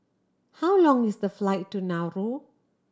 how long is the flight to Nauru